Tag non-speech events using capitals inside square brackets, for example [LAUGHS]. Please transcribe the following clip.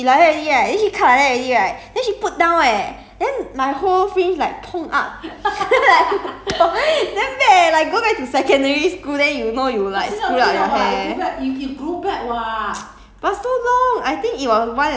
I thought she know lah but she don't know lah then after that she like that already right then she cut like that already right then she put down leh then my whole fringe like pong up then like [LAUGHS] damn bad leh like go back to secondary school then you know you like screw up your hair